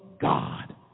God